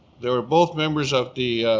they were both members of the